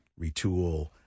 retool